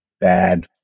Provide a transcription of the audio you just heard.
bad